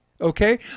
Okay